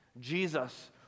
Jesus